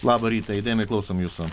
labą rytą įdėmiai klausom jūsų